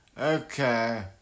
Okay